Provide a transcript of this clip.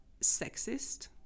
sexist